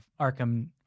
Arkham